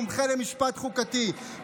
מומחה למשפט חוקתי,